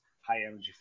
high-energy